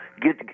Get